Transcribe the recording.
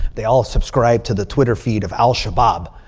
they all subscribed to the twitter feed of al-shabaab.